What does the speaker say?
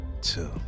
two